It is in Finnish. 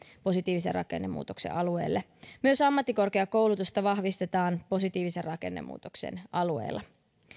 positiivisen rakennemuutoksen alueelle myös ammattikorkeakoulutusta vahvistetaan positiivisen rakennemuutoksen alueella